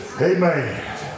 Amen